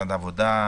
משרד העבודה,